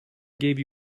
gave